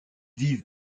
vivent